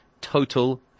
Total